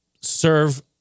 serve